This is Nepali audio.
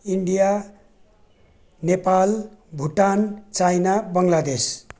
India Nepal Bhutan China Bangladesh